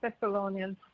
Thessalonians